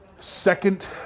Second